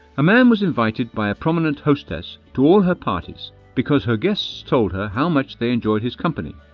a man was invited by a prominent hostess to all her parties because her guests told her how much they enjoyed his company.